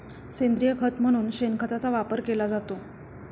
सेंद्रिय खत म्हणून शेणखताचा वापर केला जातो